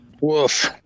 Woof